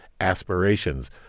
aspirations